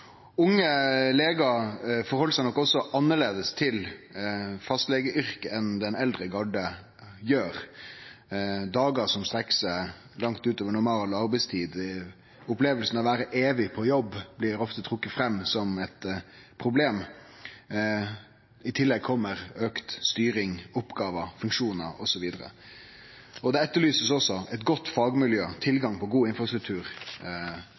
Unge legar ser nok også annleis på fastlegeyrket enn det den eldre garde gjer. Dagar som strekkjer seg langt utover normal arbeidstid, og opplevinga av å vere evig på jobb blir ofte trekt fram som eit problem. I tillegg kjem aukande styring, oppgåver, funksjonar osv. Eit godt fagmiljø og tilgang på god infrastruktur